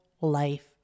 life